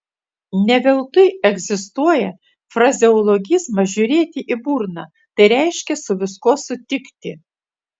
ne veltui egzistuoja frazeologizmas žiūrėti į burną tai reiškia su viskuo sutikti